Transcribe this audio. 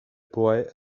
boy